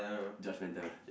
judgemental lah